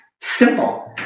Simple